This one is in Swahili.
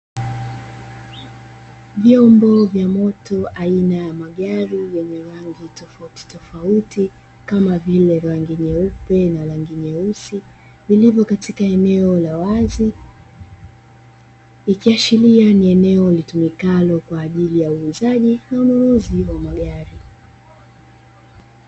Vyombo vya moto aina ya magari yenye rangi tofauti tofauti kama vile: rangi nyeupe na rangi nyeusi vilivyo katika eneo la wazi, ikiashiria ni eneo litumikalo kwa ajili ya uuzaji na ununuzi wa magari.